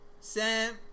Sam